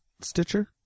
Stitcher